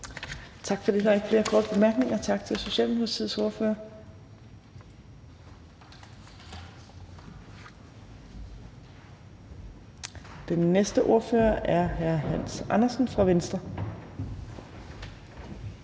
Tak for det. Der er ikke flere korte bemærkninger. Tak til Socialdemokratiets ordfører. Den næste ordfører er hr. Hans Andersen fra Venstre.